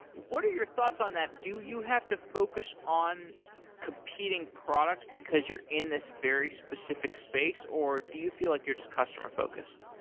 what are your thoughts on that? do you have to focus on competing products, because you're in this very specific space, or do you feel like you're just customer-focused?